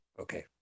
Okay